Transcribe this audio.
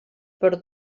per